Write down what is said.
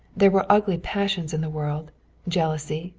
there were ugly passions in the world jealousy,